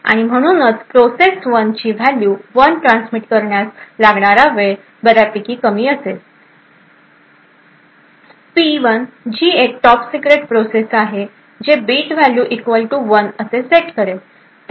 आणि म्हणूनच प्रोसेस1 ची व्हॅल्यू 1 ट्रान्समिट करण्यास लागणारा वेळ बर्यापैकी कमी असेल पी जे एक टॉप सिक्रेट प्रोसेस आहे जे bit value equal to one असे सेट करेल